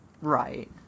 Right